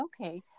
okay